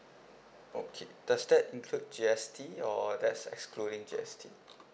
okay does that include G_S_T or that's excluding G_S_T